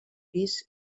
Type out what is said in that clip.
pis